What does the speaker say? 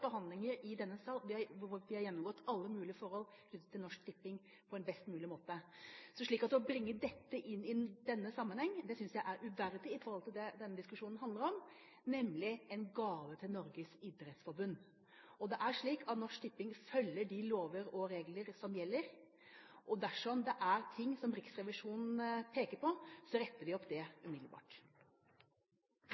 behandlinger i denne sal, hvor vi har gjennomgått alle mulige forhold knyttet til Norsk Tipping på en best mulig måte. Å bringe dette inn i denne sammenhengen synes jeg er uverdig med tanke på det denne diskusjonen handler om, nemlig en gave til Norges idrettsforbund. Det er slik at Norsk Tipping følger de lover og regler som gjelder, og dersom det er ting som Riksrevisjonen peker på, retter vi det opp